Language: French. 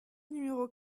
numéro